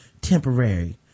temporary